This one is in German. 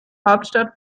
hauptstadt